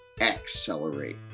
accelerate